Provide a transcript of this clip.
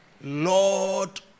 Lord